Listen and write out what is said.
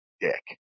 dick